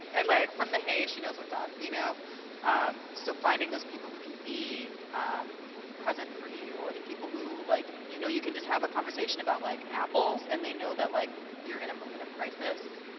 and like from the hey, she knows what's up. you know um so finding those people who can be present for you or the people who like you know you can just have a conversation about like apples, and they know that like you're in a moment of crisis,